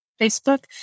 Facebook